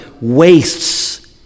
wastes